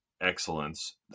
excellence